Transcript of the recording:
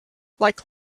like